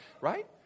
Right